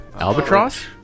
albatross